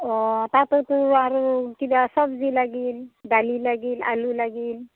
অ তাতোতো আৰু কিবা চব্জি লাগিল দালি লাগিল আলু লাগিল